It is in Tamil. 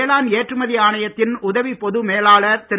வேளாண் ஏற்றுமதி ஆணையத்தின் உதவிப் பொது மேலாளர் திரு